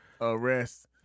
arrest